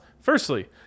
Firstly